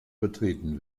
betreten